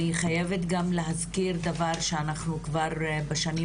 אני חייבת גם להזכיר דבר שאנחנו כבר בשנים